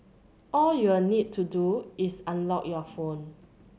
all you'll need to do is unlock your phone